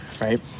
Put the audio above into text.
right